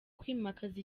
kwimakaza